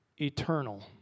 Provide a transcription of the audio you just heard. eternal